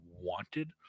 wanted